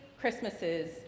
Christmases